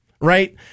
Right